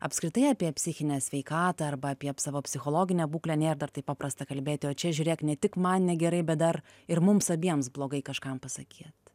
apskritai apie psichinę sveikatą arba apie savo psichologinę būklę nėr dar taip paprasta kalbėti o čia žiūrėk ne tik man negerai bet dar ir mums abiems blogai kažkam pasakyt